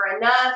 enough